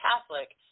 Catholic